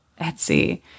Etsy